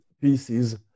pieces